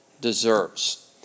deserves